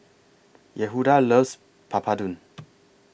Yehuda loves Papadum